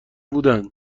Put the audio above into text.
بودن